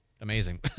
amazing